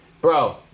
Bro